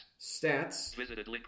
stats